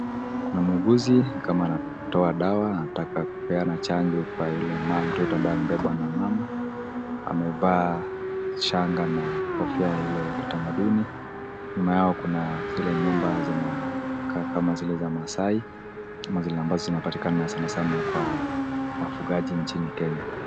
Kuna muuguzi ni kama anatoa dawa anataka kupeana chanjo kwa yule mtoto ambaye amebebwa na mama, amevaa shanga na kofia ile ya kitamaduni, nyuma yao kuna zile nyumba zinakaa kama zile za maasai au zile ambazo zinapatikana sana kwa wafugaji nchini Kenya.